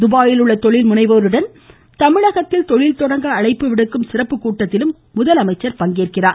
துபாயில் உள்ள தொழில் முனைவோரிடம் தமிழகத்தில் தொழில் தொடங்க அழைப்பு விடுக்கும் சிறப்பு கூட்டத்திலும் முதலமைச்சர் பங்கேற்கிறார்